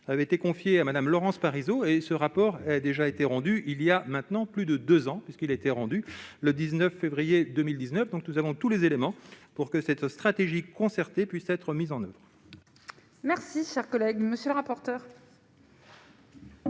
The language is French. avait été confiée à Madame Laurence Parisot et ce rapport déjà été rendu il y a maintenant plus de 2 ans parce qu'il était rendu le 19 février 2019, donc nous avons tous les éléments pour que cette stratégie concertée puisse être mise en oeuvre. Merci, chers collègues, monsieur le rapporteur.